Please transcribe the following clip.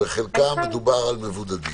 חלקם הם מבודדים.